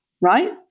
right